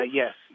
yes